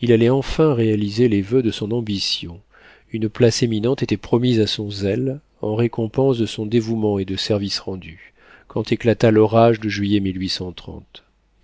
il allait enfin réaliser les voeux de son ambition une place éminente était promise à son zèle en récompense de son dévouement et de services rendus quand éclata l'orage de juillet